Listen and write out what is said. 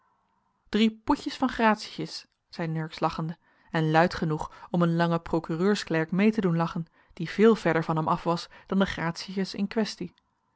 drie poetjes van gratietjes zei nurks lachende en luid genoeg om een langen procureursklerk mee te doen lachen die veel verder van hem af was dan de gratietjes in quaestie